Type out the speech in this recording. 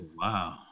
wow